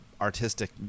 artistic